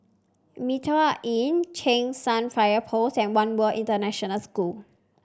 Mitraa Inn Cheng San Fire Post and One World International School